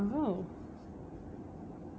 !wow!